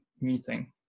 meeting